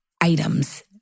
items